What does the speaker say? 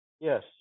Yes